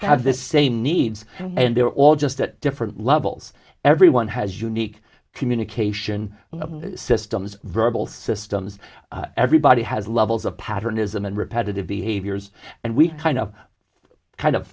have the same needs and they're all just at different levels everyone has unique communication systems verbal systems everybody has levels of pattern ism and repetitive behaviors and we kind of kind of